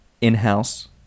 in-house